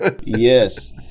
Yes